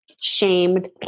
shamed